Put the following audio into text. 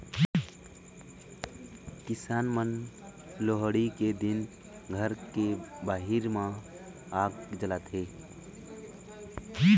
किसान मन लोहड़ी के दिन घर के बाहिर म आग जलाथे